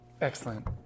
Excellent